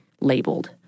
labeled